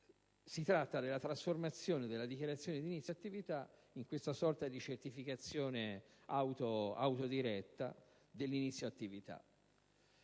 si tratta della trasformazione della dichiarazione di inizio attività in questa sorta di certificazione autodiretta dell'inizio attività.